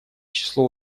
число